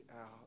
out